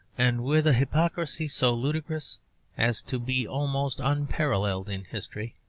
and with a hypocrisy so ludicrous as to be almost unparalleled in history,